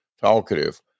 Talkative